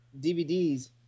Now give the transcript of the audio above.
DVDs